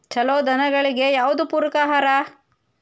ಛಲೋ ದನಗಳಿಗೆ ಯಾವ್ದು ಪೂರಕ ಆಹಾರ?